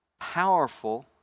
powerful